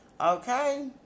Okay